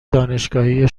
دانشگاهی